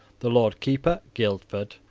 the lord keeper guildford,